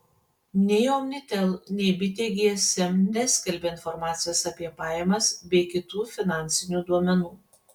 nei omnitel nei bitė gsm neskelbia informacijos apie pajamas bei kitų finansinių duomenų